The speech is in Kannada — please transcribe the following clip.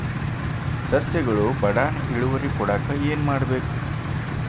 ಸಸ್ಯಗಳು ಬಡಾನ್ ಇಳುವರಿ ಕೊಡಾಕ್ ಏನು ಮಾಡ್ಬೇಕ್?